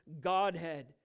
Godhead